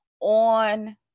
on